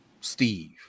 steve